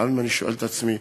לפעמים אני שואל את עצמי,